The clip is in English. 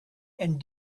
and